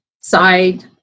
side